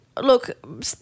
look